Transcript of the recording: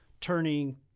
turning